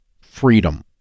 Freedom